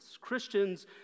Christians